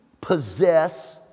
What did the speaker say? possess